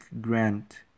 grant